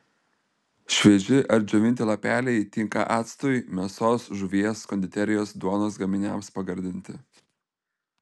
švieži ar džiovinti lapeliai tinka actui mėsos žuvies konditerijos duonos gaminiams pagardinti